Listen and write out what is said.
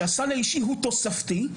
שהסל האישי הוא תוספתי,